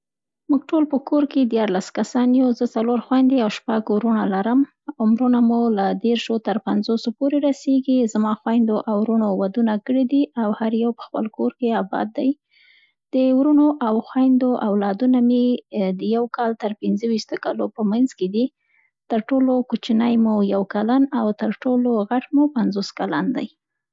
موږ په کورنۍ ټول ديارلس کسان وو. زه څلور خویندې او شپږ ورونه لرم. عمرونه مو له دیرشو تر پنخوس پورې رسېږي. زما خویندو او ورونو ودونه کړي دي او هر یو په خپل کور کې اباد دی. د ورونو او خویندو اولادونه مې د يو کال تر پنځه ويشت کالو په منځ کې دي. تر ټولو کوچنی مو یو کلن او تر ټولو غټ مو پنځوس کلن دی.